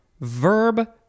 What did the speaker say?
verb